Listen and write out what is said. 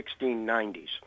1690s